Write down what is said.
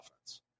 offense